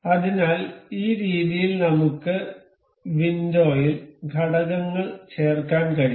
അതിനാൽ ഈ രീതിയിൽ നമുക്ക് ഈ വിൻഡോയിൽ ഘടകങ്ങൾ ചേർക്കാൻ കഴിയും